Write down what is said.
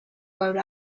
rhode